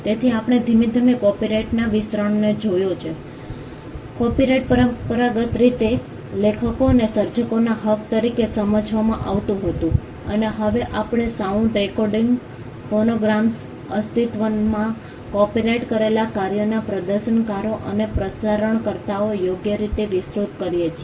તેથી આપણે ધીમે ધીમે કોપિરાઇટના વિસ્તરણને જોયે છે કોપિરાઇટ પરંપરાગત રીતે લેખકો અને સર્જકોના હક તરીકે સમજવામાં આવતું હતું અને હવે આપણે સાઉન્ડ રેકોર્ડિંગ્સ ફોનોગ્રામ્સ અસ્તિત્વમાંના કોપિરાઇટ કરેલા કાર્યોના પ્રદર્શનકારો અને પ્રસારણકર્તાઓને યોગ્ય રીતે વિસ્તૃત કરીએ છીએ